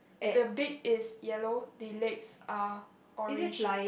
the beak is yellow the legs are orange